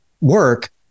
work